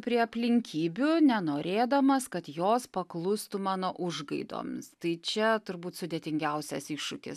prie aplinkybių nenorėdamas kad jos paklustų mano užgaidomis tai čia turbūt sudėtingiausias iššūkis